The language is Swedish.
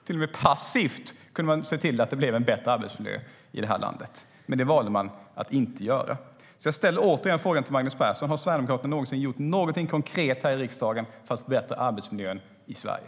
Till och med passivt kunde man ha sett till att det blev en bättre arbetsmiljö i det här landet. Men det valde man att inte göra. Jag ställer återigen frågan till Magnus Persson: Har Sverigedemokraterna någonsin gjort någonting konkret här i riksdagen för att förbättra arbetsmiljön i Sverige?